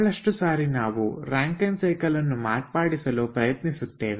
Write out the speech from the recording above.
ಬಹಳಷ್ಟು ಸಾರಿ ನಾವು ರಾಂಕೖೆನ್ ಸೈಕಲ್ ಅನ್ನು ಮಾರ್ಪಡಿಸಲು ಪ್ರಯತ್ನಿಸುತ್ತೇವೆ